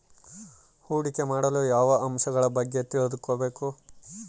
ಹೂಡಿಕೆ ಮಾಡಲು ಯಾವ ಅಂಶಗಳ ಬಗ್ಗೆ ತಿಳ್ಕೊಬೇಕು?